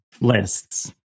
lists